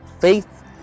Faith